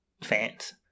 fans